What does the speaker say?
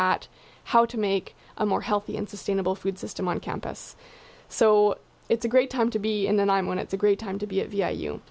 at how to make a more healthy and sustainable food system on campus so it's a great time to be and then i'm going it's a great time to be y